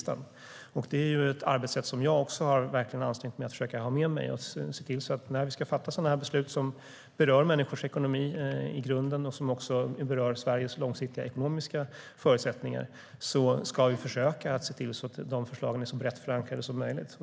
Det är ett arbetssätt som också jag verkligen har ansträngt mig för att tillämpa. När vi ska fatta beslut som i grunden berör människors ekonomi och som berör Sveriges långsiktiga förutsättningar ska vi försöka att få de förslagen så brett förankrade som möjligt.